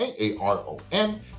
a-a-r-o-n